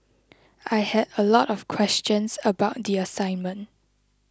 I had a lot of questions about the assignment